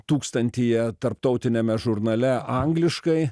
tūkstantyje tarptautiniame žurnale angliškai